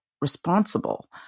responsible